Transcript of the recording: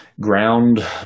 ground